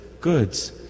goods